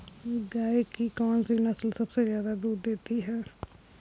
गाय की कौनसी नस्ल सबसे ज्यादा दूध देती है?